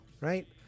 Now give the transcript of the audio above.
right